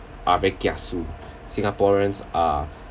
are very kiasu singaporeans are